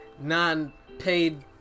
non-paid